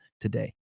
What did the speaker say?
today